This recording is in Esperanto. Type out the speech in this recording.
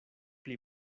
pli